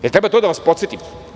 Da li treba to da vas podsetim?